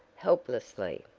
helplessly.